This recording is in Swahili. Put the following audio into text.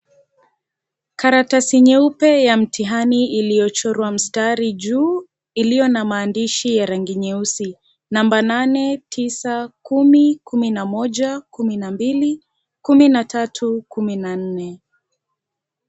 Karatasi nyeupe ya mtihani iliyochorwa mstari juu iliyo na maandishi ya rangi nyeusi namba nane, tisa, kumi, kumi na moja ,kumi na mbili ,kunmi na tau, kumi na nne.